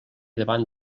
davant